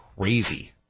crazy